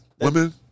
Women